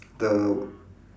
the